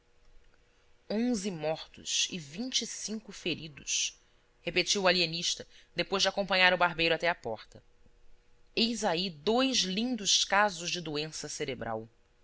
onze mortos e vinte e cinco feridos repetiu o alienista depois de acompanhar o barbeiro até a porta eis aí dois lindos casos de doença cerebral